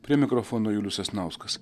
prie mikrofono julius sasnauskas